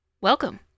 welcome